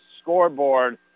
scoreboard